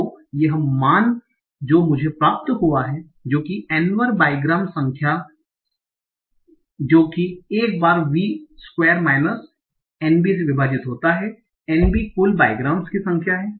तो यह मान जो मुझे प्राप्त हुआ है जो कि N1 बाईग्राम्स संख्या जो कि जो कि एक बार V square minus N b से विभाजित होता है N b कुल बाईग्रामो की संख्या है